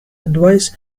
advice